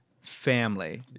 Family